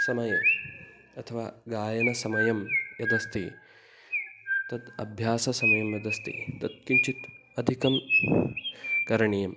समये अथवा गायनसमयं यदस्ति तत् अभ्याससमयः यः अस्ति तत् किञ्चित् अधिकः करणीयः